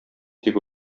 тик